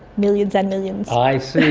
millions and millions. i see!